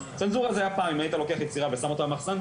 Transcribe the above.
צנזורה זה היה פעם אם היית לוקח יצירה ושם אותה במחסן,